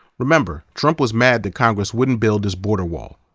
remember, trump was mad that congress wouldn't build his border wall.